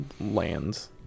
lands